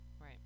right